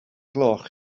gloch